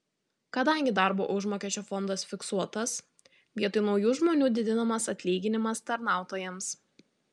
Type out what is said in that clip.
kadangi darbo užmokesčio fondas fiksuotas vietoj naujų žmonių didinamas atlyginimas tarnautojams